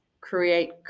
create